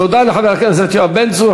תודה לחבר הכנסת יואב בן צור.